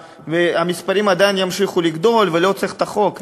המספרים עדיין ימשיכו לגדול ולא צריך את החוק.